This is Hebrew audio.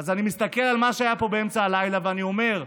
אז אני מסתכל על מה שהיה פה באמצע הלילה ואני אומר: